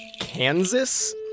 Kansas